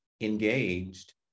engaged